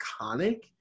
iconic